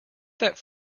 that